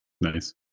Nice